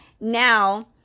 now